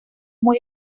muy